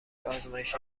آزمایش